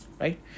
right